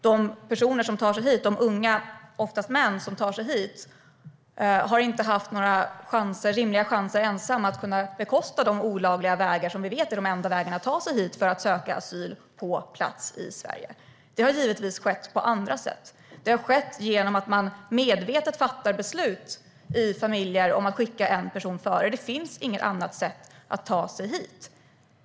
De unga personer som tar sig hit, oftast män, har inte haft några rimliga chanser att ensamma kunna bekosta de olagliga vägar som vi vet är de enda vägarna att ta sig hit för att söka asyl på plats i Sverige. Det har givetvis skett på andra sätt. Det har skett genom att man medvetet fattar beslut i familjer om att skicka en person före. Det finns inget annat sätt att ta sig hit.